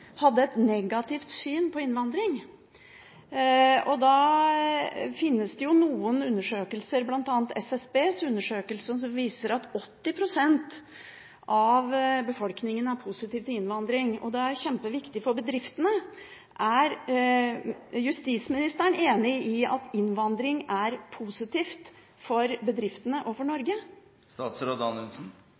hadde et negativt syn på innvandring. Da finnes det noen undersøkelser, bl.a. SSBs undersøkelse, som viser at 80 pst. av befolkningen er positiv til innvandring. Det er også kjempeviktig for bedriftene. Er justisministeren enig i at innvandring er positivt for bedriftene og for Norge?